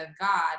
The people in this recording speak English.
god